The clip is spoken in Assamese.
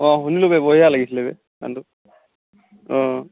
অ শুনিলোঁ বে বঢ়িয়া লাগিছিলে বে গানটো অ